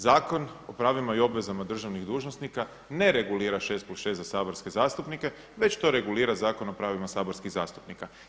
Zakon o pravima i obvezama državnih dužnosnika ne regulira 6+6 za saborske zastupnike već to regulira Zakon o pravima saborskih zastupnika.